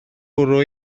bwrw